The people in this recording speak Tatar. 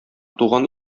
туган